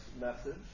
message